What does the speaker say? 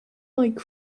like